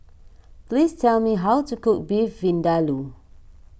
please tell me how to cook Beef Vindaloo